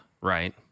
right